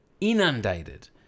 inundated